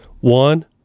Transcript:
One